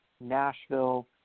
Nashville